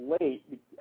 late